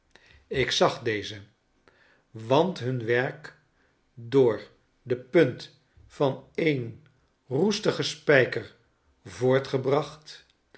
ik zag deze want hun werk door de punt van een roestigen spijker voortgebracht